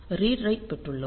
read write பெற்றுள்ளோம்